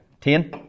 ten